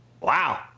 Wow